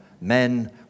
men